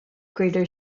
greater